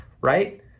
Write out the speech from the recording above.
Right